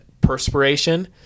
perspiration